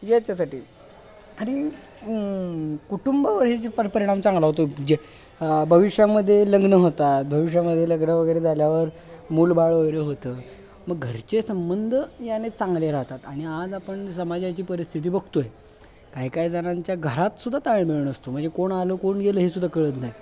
याच्यासाठी आणि कुटुंबवर पण हे जे परिणाम चांगला होतोय जे भविष्यामध्ये लग्न होतात भविष्यामध्ये लग्न वगैरे झाल्यावर मूलबाळ वगैरे होतं मग घरचे संबंध याने चांगले राहतात आणि आज आपण समाजाची परिस्थिती बघतोय काही काय जणांच्या घरात सुद्धा ताळ मेळ नसतो म्हणजे कोण आलो कोण गेलो हे सुद्धा कळत नाही